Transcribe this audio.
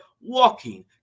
walking